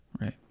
Right